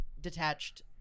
detached